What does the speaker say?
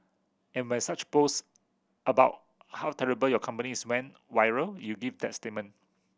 and when such post about how terrible your company is went viral you gave that statement